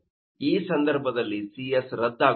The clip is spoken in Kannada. ಈ ಸಂದರ್ಭದಲ್ಲಿ Cs ರದ್ದಾಗುತ್ತದೆ